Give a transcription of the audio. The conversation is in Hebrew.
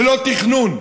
ללא תכנון.